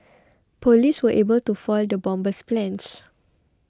police were able to foil the bomber's plans